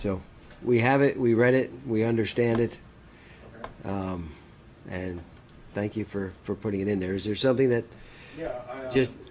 so we have it we read it we understand it and thank you for putting it in there is there something that just